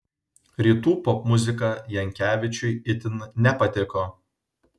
rytų popmuzika jankevičiui itin nepatiko